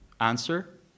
answer